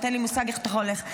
אין לי מושג איך אתה יכול לנמק.